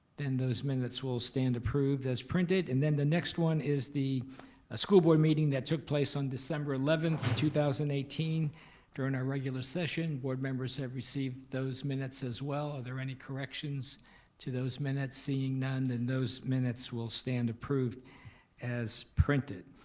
then those minutes will stand approved as printed, and then the next one is the school board meeting that took place on december eleventh, two thousand and eighteen during our regular session. board members have received those minutes as well. are there any corrections to those minutes? seeing none, then those minutes will stand approved as printed.